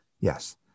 yes